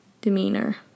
demeanor